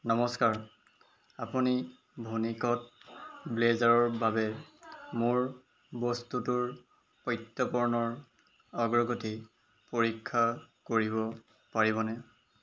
নমস্কাৰ আপুনি ভুনিকত ব্লেজাৰৰ বাবে মোৰ বস্তুটোৰ প্ৰত্যৰ্পণৰ অগ্ৰগতি পৰীক্ষা কৰিব পাৰিবনে